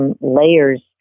layers